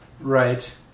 right